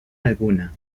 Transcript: alguna